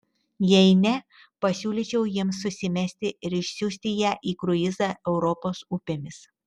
jei ne pasiūlyčiau jiems susimesti ir išsiųsti ją į kruizą europos upėmis